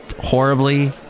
horribly